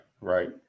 Right